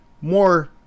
more